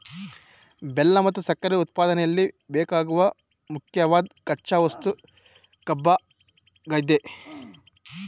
ಬೆಲ್ಲ ಮತ್ತು ಸಕ್ಕರೆ ಉತ್ಪಾದನೆಯಲ್ಲಿ ಬೇಕಾಗುವ ಮುಖ್ಯವಾದ್ ಕಚ್ಚಾ ವಸ್ತು ಕಬ್ಬಾಗಯ್ತೆ